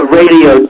radio